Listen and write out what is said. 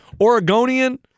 Oregonian